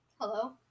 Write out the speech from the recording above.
Hello